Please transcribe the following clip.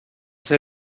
ser